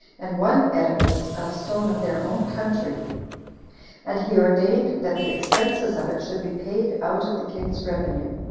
and one edifice of stone of their own country and he ordained that the expenses of it should be paid out of the king's revenue.